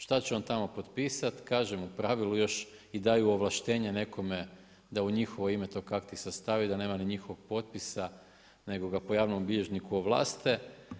Šta će on tamo potpisat, kažem u pravilu još i daju ovlaštenje nekome da u njihovo ime to kak ti sastave i da nema ni njihovog potpisa, nego ga po javnom bilježniku ovlaste.